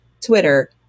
Twitter